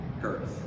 curse